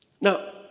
Now